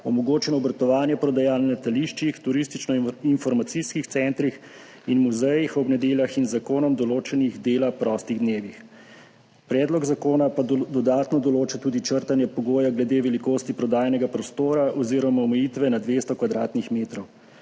omogočeno obratovanje prodajaln na letališčih, turističnoinformacijskih centrih in muzejih ob nedeljah in z zakonom določenih dela prostih dnevih, predlog zakona pa dodatno določa tudi črtanje pogoja glede velikosti prodajnega prostora oziroma omejitve na 200 kvadratnih metrov.